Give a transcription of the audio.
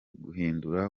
guhindura